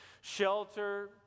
shelter